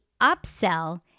upsell